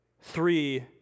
Three